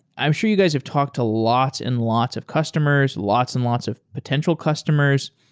i m sure you guys have talked to lots and lots of customers, lots and lots of potential customers.